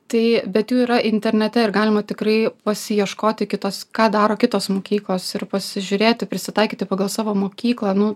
tai bet jų yra internete ir galima tikrai pasiieškoti kitos ką daro kitos mokyklos ir pasižiūrėti prisitaikyti pagal savo mokyklą nu